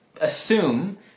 assume